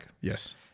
Yes